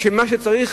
שמה שצריך,